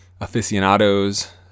aficionados